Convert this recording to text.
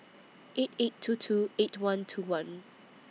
eight eight two two eight one two one